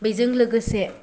बेजों लोगोसे